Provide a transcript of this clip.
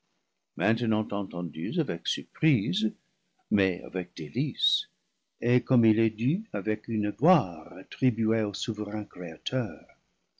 maintenant entendues avec surprise mais avec délice et tomme il est dû avec une gloire attribuée au souverain créateur